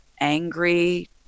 angry